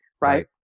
right